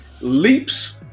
leaps